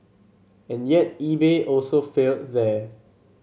and yet eBay also failed there